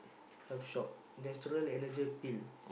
health shop natural energy pill